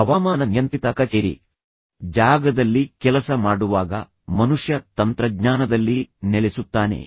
ಹವಾಮಾನ ನಿಯಂತ್ರಿತ ಕಛೇರಿ ಜಾಗದಲ್ಲಿ ಕೆಲಸ ಮಾಡುವಾಗ ಮನುಷ್ಯ ತಂತ್ರಜ್ಞಾನದಲ್ಲಿ ನೆಲೆಸುತ್ತಾನೆ